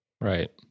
Right